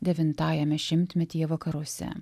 devintajame šimtmetyje vakaruose